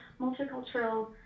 multicultural